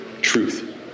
truth